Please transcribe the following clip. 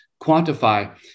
quantify